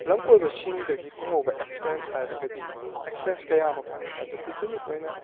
ꯂꯝ ꯀꯣꯏꯕꯁꯤꯡꯗꯒꯤ ꯐꯪꯍꯧꯕ ꯑꯦꯛꯁꯄꯦꯔꯦꯟꯁ ꯍꯥꯏꯔꯒꯗꯤ ꯑꯦꯛꯁꯄꯔꯦꯟꯁ ꯀꯌꯥ ꯑꯃ ꯐꯪꯏ ꯑꯗꯨꯕꯨ ꯌꯨꯅꯤꯛ ꯑꯣꯏꯅ